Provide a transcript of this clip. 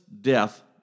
death